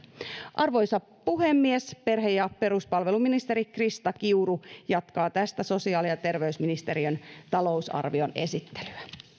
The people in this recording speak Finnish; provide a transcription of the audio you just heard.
arvoisa puhemies perhe ja peruspalveluministeri krista kiuru jatkaa tästä sosiaali ja terveysministeriön talousarvion esittelyä